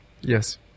Yes